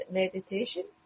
meditation